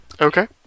Okay